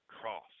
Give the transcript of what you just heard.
cross